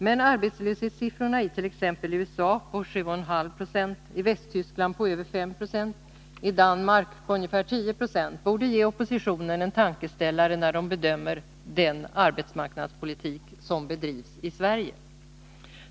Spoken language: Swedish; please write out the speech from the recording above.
Men arbetslöshetssiffrorna i t.ex. USA på 7,5 96, i Västtyskland på över 5 26 och i Danmark på ungefär 10 96 borde ge oppositionen en tankeställare när man bedömer den arbetsmarknadspolitik som bedrivs i Sverige.